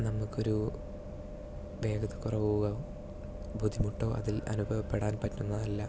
നമുക്കൊരു വേഗത കുറവോ ബുദ്ധിമുട്ടോ അതിൽ അനുഭവപ്പെടാൻ പറ്റുന്നതല്ല